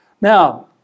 Now